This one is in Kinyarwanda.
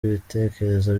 ibitekerezo